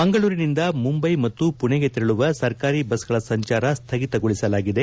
ಮಂಗಳೂರಿನಿಂದ ಮುಂಬೈ ಮತ್ತು ಪುಣೆಗೆ ತೆರಳುವ ಸರಕಾರಿ ಬಸ್ ಗಳ ಸಂಚಾರ ಸ್ಥಗಿತಗೊಳಿಸಲಾಗಿದೆ